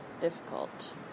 difficult